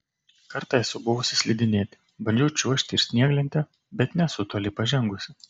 kartą esu buvusi slidinėti bandžiau čiuožti ir snieglente bet nesu toli pažengusi